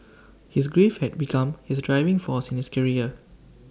his grief had become his driving force in his career